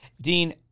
Dean